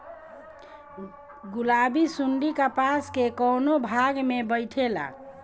गुलाबी सुंडी कपास के कौने भाग में बैठे ला?